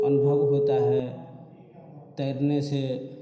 अनुभव होता है तैरने से